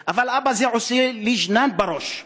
הבן: אבל, אבא, זה עושה לי ג'נאן בראש.